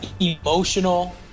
emotional